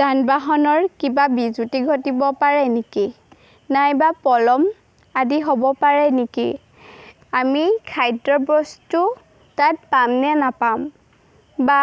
যান বাহনৰ কিবা বিজুতি ঘটিব পাৰে নেকি নাইবা পলম আদি হ'ব পাৰে নেকি আমি খাদ্য বস্তু তাত পামনে নাপাম বা